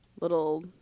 little